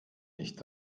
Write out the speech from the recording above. nicht